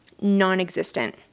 non-existent